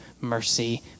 mercy